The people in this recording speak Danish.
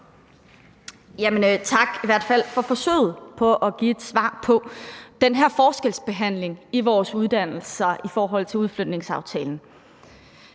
tak for forsøget på at give et svar på, hvorfor der er den her forskelsbehandling i vores uddannelser i forhold til udflytningsaftalen.